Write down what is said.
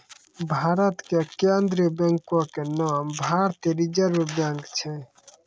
भारत के केन्द्रीय बैंको के नाम भारतीय रिजर्व बैंक छै